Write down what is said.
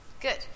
Good